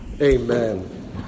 Amen